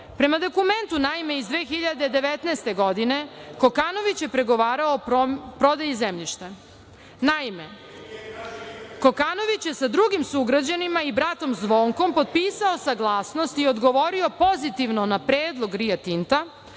Prema dokumentu iz 2019. godine, Kokanović je pregovarao o prodaji zemljišta. Naime, Kokanović je sa drugim sugrađanima i bratom Zvonkom potpisao saglasnost i odgovorio pozitivno na predlog Ria Tinta